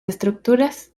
estructuras